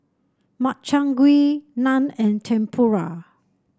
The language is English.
Makchang Gui Naan and Tempura